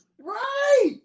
Right